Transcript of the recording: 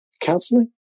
counseling